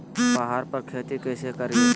पहाड़ पर खेती कैसे करीये?